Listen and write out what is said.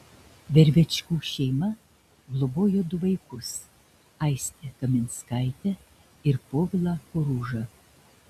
vervečkų šeima globojo du vaikus aistę kaminskaitę ir povilą koružą